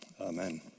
amen